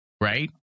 Right